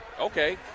Okay